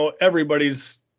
everybody's